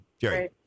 Jerry